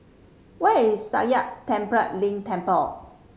where is Sakya Tenphel Ling Temple